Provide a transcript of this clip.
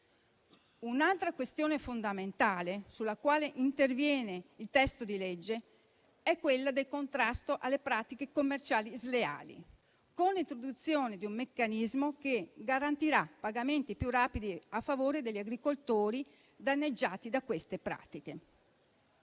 Un'altra questione fondamentale sulla quale interviene il testo di legge è quella del contrasto alle pratiche commerciali sleali, con l'introduzione di un meccanismo che garantirà pagamenti più rapidi a favore degli agricoltori danneggiati da queste pratiche.